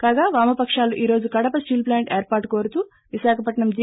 కాగా వామపకాలు ఈ రోజు కడప స్టీల్ ప్లాంట్ ఏర్పాటు కోరుతూ విశాఖపట్నం జి